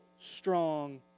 strong